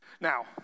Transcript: Now